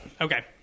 Okay